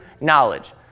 knowledge